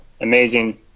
amazing